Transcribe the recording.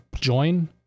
join